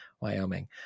wyoming